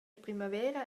primavera